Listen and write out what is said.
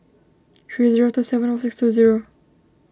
three zero two seven one six two zero